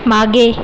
मागे